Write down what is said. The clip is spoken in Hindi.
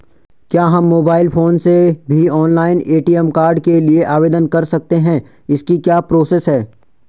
क्या हम मोबाइल फोन से भी ऑनलाइन ए.टी.एम कार्ड के लिए आवेदन कर सकते हैं इसकी क्या प्रोसेस है?